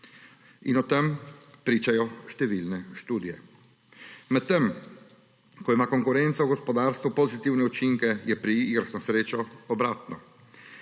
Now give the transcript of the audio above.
in o tem pričajo številne študije. Medtem ko ima konkurenca v gospodarstvu pozitivne učinke, je pri igrah na srečo obratno.